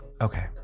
okay